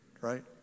right